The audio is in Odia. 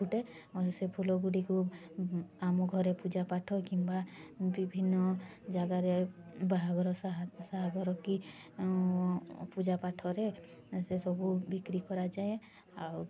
ଫୁଟେ ଆଉ ସେ ଫୁଲଗୁଡ଼ିକୁ ଆମ ଘରେ ପୂଜା ପାଠ କିମ୍ବା ବିଭିନ୍ନ ଜାଗାରେ ବାହାଘର ସାହା ସାହାଘର କି ପୂଜା ପାଠରେ ସେସବୁ ବିକ୍ରି କରାଯାଏ ଆଉ